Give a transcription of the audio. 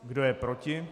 Kdo je proti?